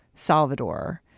salvador,